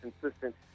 consistent